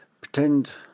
pretend